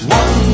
one